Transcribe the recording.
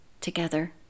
together